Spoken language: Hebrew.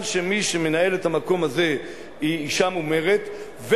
שמי שמנהלת את המקום הזה היא אשה מומרת,